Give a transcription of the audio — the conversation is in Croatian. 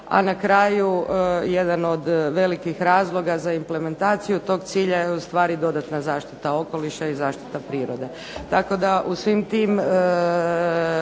a na kraju jedan od velikih razloga za implementaciju tog cilja je u stvari dodatna zaštita okoliša i zaštita prirode.